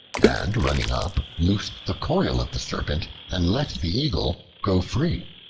and running up, loosed the coil of the serpent and let the eagle go free.